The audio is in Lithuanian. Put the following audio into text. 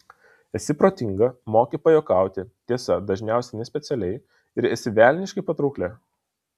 esi protinga moki pajuokauti tiesa dažniausiai nespecialiai ir esi velniškai patraukli